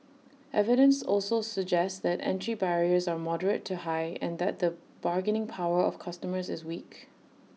evidence also suggests that entry barriers are moderate to high and that the bargaining power of customers is weak